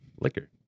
liquor